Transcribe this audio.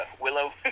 Willow